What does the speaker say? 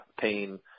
pain